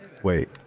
Wait